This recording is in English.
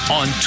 on